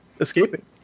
Escaping